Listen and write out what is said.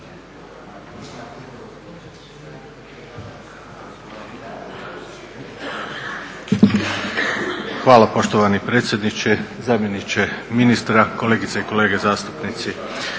Hvala poštovani predsjedniče, zamjenice ministra, kolegice i kolege zastupnici.